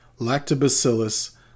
Lactobacillus